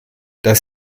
dass